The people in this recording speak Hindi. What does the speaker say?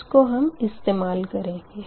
इसको हम इस्तेमाल करेंगे